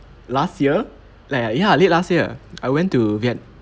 last year like ah ya late last year I went to viet~